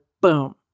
boom